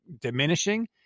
diminishing